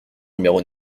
numéro